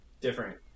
different